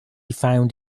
found